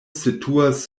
situas